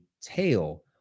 tail